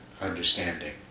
understanding